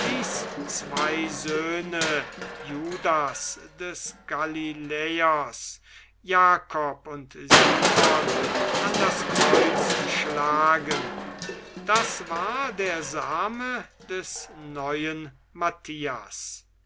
zwei söhne judas des galiläers jakob und simon an das kreuz schlagen das war der same des neuen mattathias